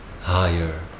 higher